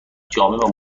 جامع